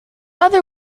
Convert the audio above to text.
other